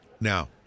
Now